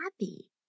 happy